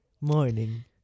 morning